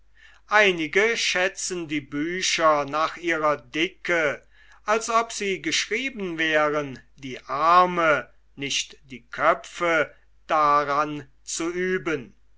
einige schätzen die bücher nach ihrer dicke als ob sie geschrieben wären die arme nicht die köpfe daran zu üben